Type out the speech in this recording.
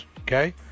okay